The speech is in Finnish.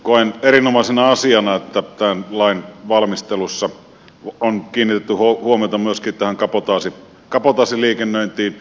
koen erinomaisena asiana että tämän lain valmistelussa on kiinnitetty huomiota myöskin tähän kabotaasiliikennöintiin